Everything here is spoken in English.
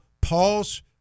Paul's